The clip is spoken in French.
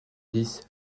dix